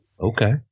Okay